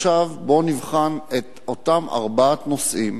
עכשיו בואו נבחן את אותם ארבעת הנושאים